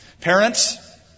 Parents